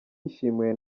yishimiwe